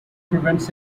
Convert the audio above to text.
prevents